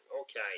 Okay